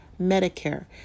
Medicare